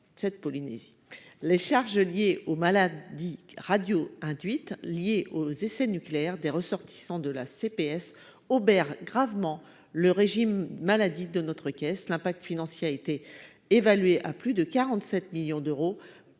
petite collectivité. Les charges liées aux maladies radio-induites, résultant des essais nucléaires, des ressortissants de la CPS obèrent gravement le régime maladie de la caisse. L'impact financier a été évalué à plus de 47 millions d'euros